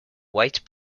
white